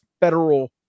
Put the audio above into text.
federal